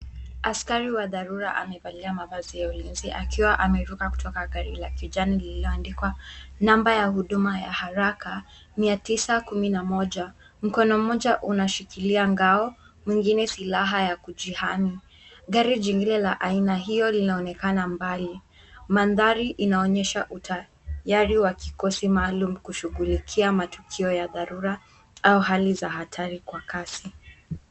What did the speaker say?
Askari wa dharura amevalia mavazi ya ulinzi akiwa ameruka kutoka kwa gari la kijani lililoandikwa, namba ya huduma ya haraka 911.Mkono moja unashikilia ngao, mwingine silaha ya kujihami. Gari jingine la aina hiyo linaonekana mbali. Mandhari inaonyesha utayari wa kikosi maalum kushughulikia matukio ya dharura, au hali za hatari kwa kasi.